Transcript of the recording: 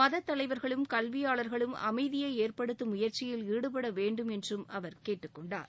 மதத் தலைவர்களும் கல்வியாளர்களும் அமைதியை ஏற்படுத்தும் முயற்சியில் ஈடுபட வேண்டும் என்றும் அவர் கேட்டுக் கொண்டார்